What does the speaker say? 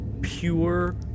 pure